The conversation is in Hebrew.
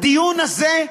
הדיון הזה,